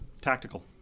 tactical